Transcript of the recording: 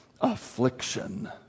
affliction